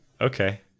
Okay